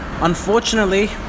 Unfortunately